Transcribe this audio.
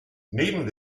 neben